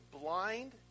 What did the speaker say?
blind